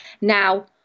Now